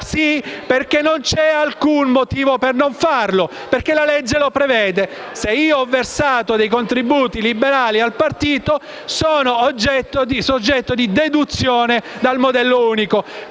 Sì, perché non c'è alcun motivo per non farlo, perché la legge lo prevede. Se io ho versato dei contributi liberali al partito, questi sono oggetto di deduzione nel modello unico.